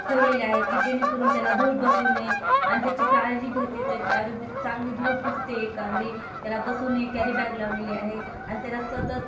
ठेवलेले आहे की जेणेकरून त्याला धूळ बसू नये आणि त्याची काळजी घेते त्याची आरोग्याची चांगली धूळ पुसते एखादी त्याला बसू नये कॅरी बॅग लावलेली आहे आणि त्याला सतत